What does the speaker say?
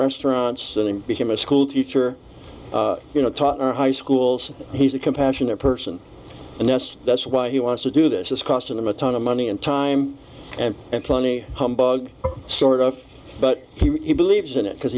restaurants and became a school teacher you know taught in high schools he's a compassionate person and that's that's why he wants to do this is costing them a ton of money and time and and plenty humbug sort of but he believes in it because